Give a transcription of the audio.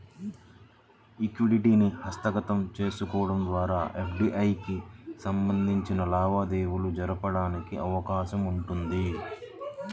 ఈక్విటీని హస్తగతం చేసుకోవడం ద్వారా ఎఫ్డీఐకి సంబంధించిన లావాదేవీ జరగడానికి అవకాశం ఉంటుంది